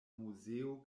muzeo